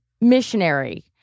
missionary